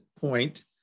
point